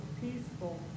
peaceful